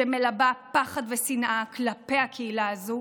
שמלבה פחד ושנאה כלפי הקהילה הזו,